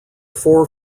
four